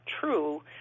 true